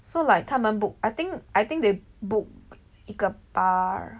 so like 他们 book I think I think they book 一个 bar